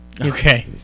Okay